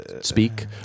speak